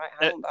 right